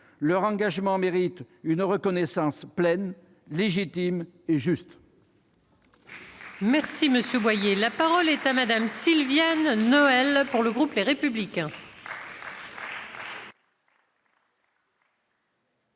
leur engagement mérite une reconnaissance pleine ; cela est légitime et juste